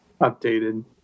updated